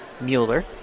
Mueller